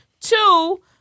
two